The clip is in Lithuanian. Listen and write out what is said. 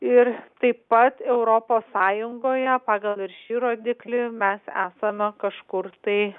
ir taip pat europos sąjungoje pagal šį rodiklį mes esame kažkur tai